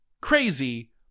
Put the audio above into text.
crazy